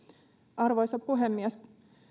arvoisa puhemies